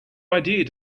idea